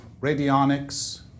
radionics